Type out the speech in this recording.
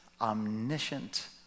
omniscient